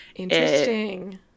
interesting